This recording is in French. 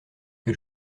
que